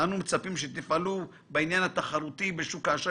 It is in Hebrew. אנחנו מצפים שתפעלו בעניין התחרותי בשוק האשראי